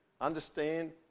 understand